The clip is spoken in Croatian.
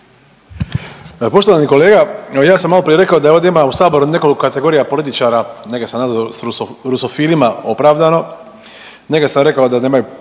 Poštovani kolega evo ja sam maloprije rekao da ovdje ima u saboru nekoliko kategorija političara, neke sam rusofilima opravdano, neke sam rekao da nemaju